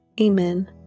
Amen